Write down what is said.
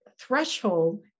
threshold